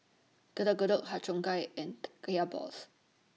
Getuk Getuk Har Cheong Gai and Kaya Balls